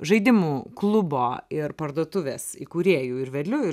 žaidimų klubo ir parduotuvės įkūrėju ir vedliu ir